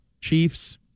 Chiefs